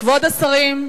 כבוד השרים.